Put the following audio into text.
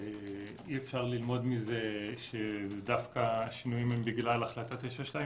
שאי אפשר ללמוד מזה דווקא שהשינויים הם בגלל החלטה 922,